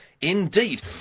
indeed